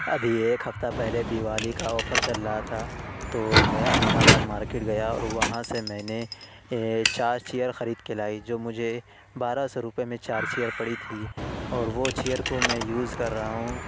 ابھی ایک ہفتہ پہلے دیوالی کا آفر چل رہا تھا تو میں امین آباد مارکٹ گیا اور وہاں سے میں نے چار چیئر خرید کے لائی جو مجھے بارہ سو روپئے میں چار چیئر پڑی تھی اور وہ چیئر کو میں یوز کر رہا ہوں